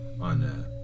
on